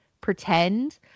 pretend